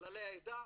לחללי העדה.